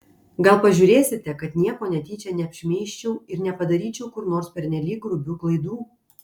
gal pažiūrėsite kad nieko netyčia neapšmeižčiau ir nepadaryčiau kur nors pernelyg grubių klaidų